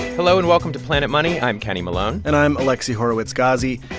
hello, and welcome to planet money. i'm kenny malone and i'm alexi horowitz-ghazi.